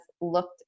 looked